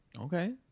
Okay